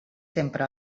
sempre